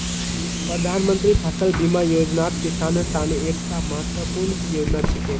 प्रधानमंत्री फसल बीमा योजनात किसानेर त न एकता महत्वपूर्ण योजना छिके